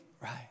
right